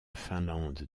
finlande